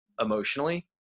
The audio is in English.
emotionally